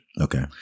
Okay